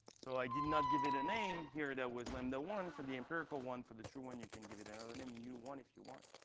so i did not give it a name. here, that was lambda one for the empirical one. for the true one, you can give it another name, mu one if you want.